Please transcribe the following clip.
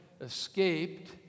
escaped